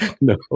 no